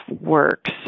works